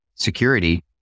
security